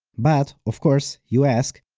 but, of course, you ask,